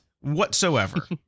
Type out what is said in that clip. whatsoever